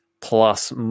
plus